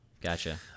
gotcha